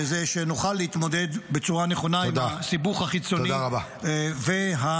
היא שנוכל להתמודד בצורה הנכונה עם הסיבוך החיצוני והפנימי.